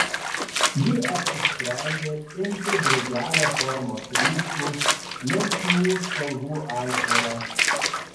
ji apsisprendė imti drugelio formos ryškų linksmų spalvų aitvarą